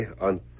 on